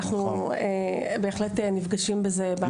באמת פוגשים את זה.